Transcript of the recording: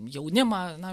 jaunimą na